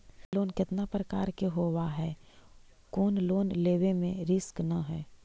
Loan कितना प्रकार के होबा है कोन लोन लेब में रिस्क न है?